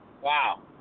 Wow